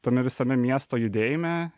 tame visame miesto judėjime